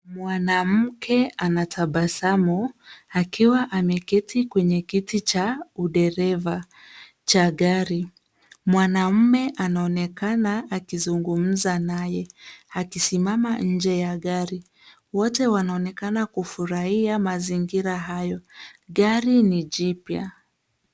Mwanamke anatabasamu akiwa ameketi kwenye kiti cha udereva cha gari. Mwanaume anaonekana akizugumza naye, akisimama nje ya gari. Wote wanaonekana kufurahia mazingira hayo. Gari ni jipya.